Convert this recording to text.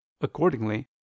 Accordingly